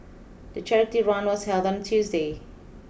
the charity run was held on Tuesday